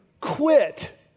quit